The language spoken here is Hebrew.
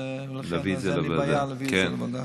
אז אין לי בעיה להביא את זה לוועדה.